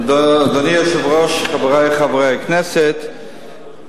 אדוני היושב-ראש, חברי חברי הכנסת,